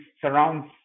surrounds